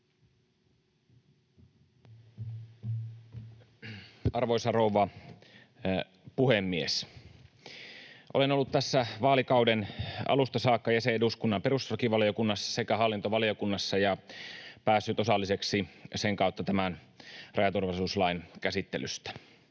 Arvoisa rouva puhemies! Olen ollut tässä vaalikauden alusta saakka jäsen eduskunnan perustuslakivaliokunnassa sekä hallintovaliokunnassa ja päässyt osalliseksi sen kautta tämän rajaturvallisuuslain käsittelystä.